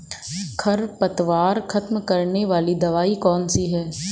खरपतवार खत्म करने वाली दवाई कौन सी है?